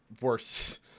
worse